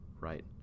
right